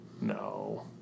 No